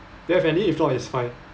do you have any if not it's fine